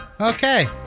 Okay